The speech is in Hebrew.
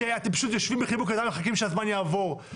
שאתם פשוט יושבים בחיבוק ידיים ומחכים שהזמן יעבור.